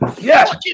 Yes